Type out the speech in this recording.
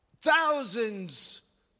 thousands